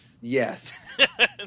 yes